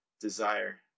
desire